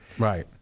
Right